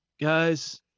guys